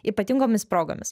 ypatingomis progomis